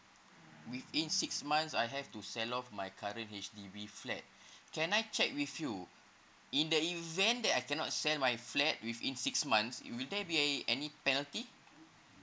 within six months I have to sell off my current H_D_B flat can I check with you in the event that I cannot sell my flat within six months uh will there be a any penalty